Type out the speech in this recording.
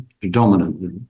predominantly